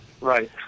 Right